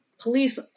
police